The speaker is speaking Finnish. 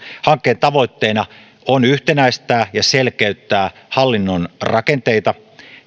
hankkeen tavoitteena on yhtenäistää ja selkeyttää hallinnon rakenteita